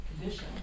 condition